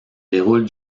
déroule